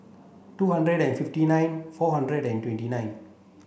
two hundred and fifty nine four hundred and twenty nine